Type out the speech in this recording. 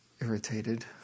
irritated